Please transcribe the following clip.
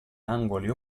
angoli